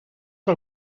que